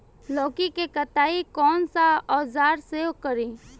लौकी के कटाई कौन सा औजार से करी?